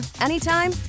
anytime